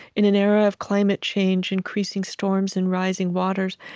in an era of climate change, increasing storms, and rising waters.